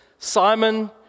Simon